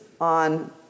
on